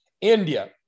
India